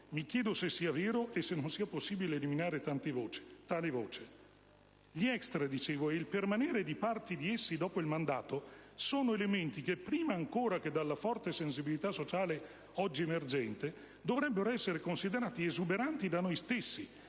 mi chiedo se sia vero e se non sia possibile eliminare tale voce). Gli *extra* e il permanere di parti di essi dopo il mandato sono elementi che, prima ancora che dalla forte sensibilità sociale oggi emergente, dovrebbero essere considerati esuberanti da noi stessi